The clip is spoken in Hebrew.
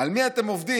"על מי אתם עובדים?